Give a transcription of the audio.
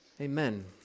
Amen